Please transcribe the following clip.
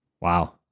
Wow